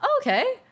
okay